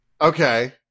Okay